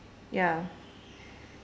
ya